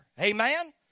Amen